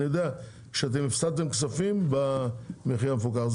אני יודע שאתם הפסדתם כספים במחיר המפוקח.